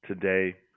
today